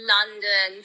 London